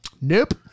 nope